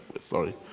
sorry